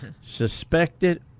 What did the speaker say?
Suspected